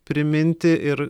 priminti ir